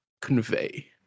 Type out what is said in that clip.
convey